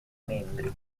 membri